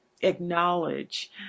acknowledge